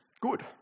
good